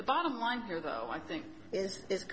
the bottom line here though i think i